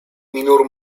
minor